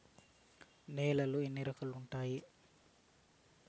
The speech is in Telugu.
నేలలు ఎన్ని రకాలు వుండాయి?